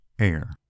air